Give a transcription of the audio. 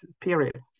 period